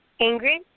Ingrid